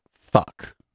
fuck